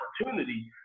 opportunity